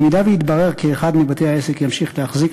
אם יתברר כי אחד מבתי-העסק המשיך להחזיק,